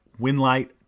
Winlight